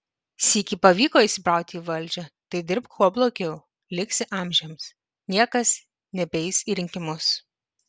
sykį pavyko įsibrauti į valdžią tai dirbk kuo blogiau liksi amžiams niekas nebeis į rinkimus